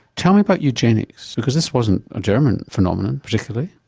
tell me about eugenics, because this wasn't a german phenomenon particularly?